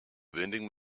vending